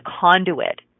conduit